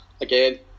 again